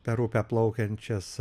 per upę plaukiančias